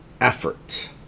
effort